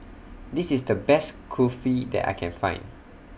This IS The Best Kulfi that I Can Find